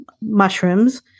mushrooms